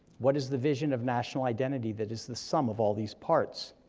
what is the vision of national identity that is the sum of all these parts?